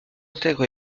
intègre